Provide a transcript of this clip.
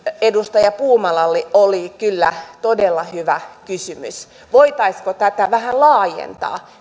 edustaja puumalalla oli kyllä todella hyvä kysymys voitaisiinko tätä foorumia vähän laajentaa